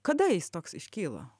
kada jis toks iškyla